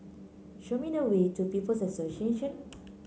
show me the way to People's Association